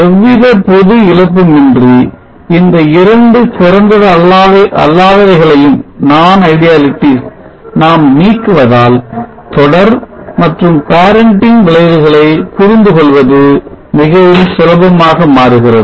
எவ்வித பொது இழப்புமின்றி இந்த இரண்டு சிறந்ததல்லாதவைகளையும் நாம் நீக்குவதால தொடர் மற்றும் parenting விளைவுகளை புரிந்து கொள்வது மிகவும் சுலபமாக மாறுகிறது